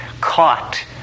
caught